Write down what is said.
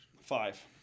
five